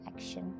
action